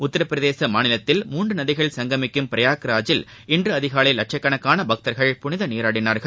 உத்தரப்பிரதேச மாநிலத்தில் மூன்று நதிகள் சுங்கமிக்கும் பிரயாக்ராஜில் இன்று அஅதிகாலை லட்சக்கணக்கான பக்தர்கள் புனித நீராடினார்கள்